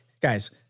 guys